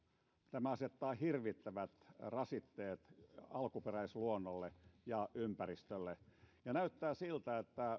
tämä asettaa hirvittävät rasitteet alkuperäisluonnolle ja ympäristölle ja näyttää siltä että